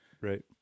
right